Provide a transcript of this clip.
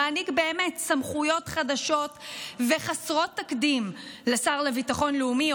שמעניק באמת סמכויות חדשות וחסרות תקדים לשר לביטחון לאומי,